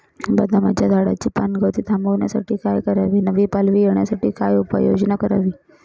बदामाच्या झाडाची पानगळती थांबवण्यासाठी काय करावे? नवी पालवी येण्यासाठी काय उपाययोजना करावी?